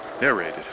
narrated